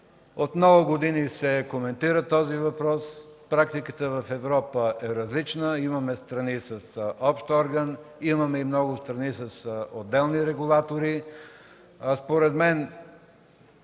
Този въпрос се коментира от много години. Практиката в Европа е различна. Има страни с общ орган, има и много страни с отделни регулатори. Според мен